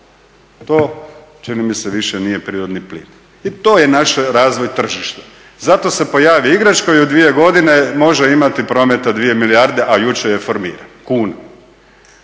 To čini mi se više nije prirodni plin i to je naš razvoj tržišta. Zato se pojavi igrač koji u dvije godine može imati prometa 2 milijarde a jučer je formiran, kuna.